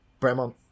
Bremont